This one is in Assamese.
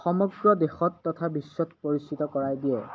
সমগ্ৰ দেশত তথা বিশ্বত পৰিচিত কৰাই দিয়ে